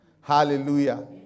hallelujah